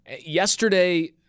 Yesterday